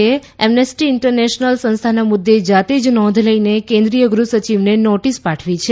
એ Amnesty International સંસ્થાના મુદ્દે જાતે જ નોંધ લઈને કેન્દ્રીય ગૃહ સચિવને નોટિસ પાઠવી છે